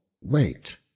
wait